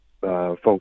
Folks